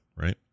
right